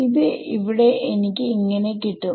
ഇവിടെ എനിക്ക് കിട്ടും